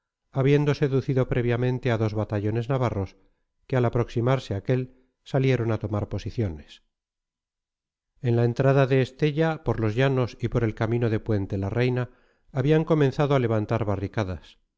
habiendo seducido previamente a dos batallones navarros que al aproximarse aquel salieron a tomar posiciones en la entrada de estella por los llanos y por el camino de puente la reina habían comenzado a levantar barricadas